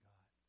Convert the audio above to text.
God